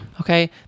Okay